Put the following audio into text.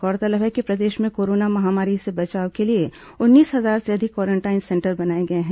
गौरतलब है कि प्रदेश में कोरोना महामारी से बचाव के लिए उन्नीस हजार से अधिक क्वारेंटाइन सेंटर बनाए गए हैं